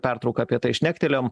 pertrauką apie tai šnektelėjom